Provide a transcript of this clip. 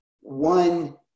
one